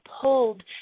pulled